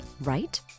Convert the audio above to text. right